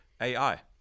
AI